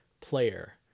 player